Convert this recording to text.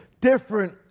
different